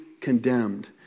condemned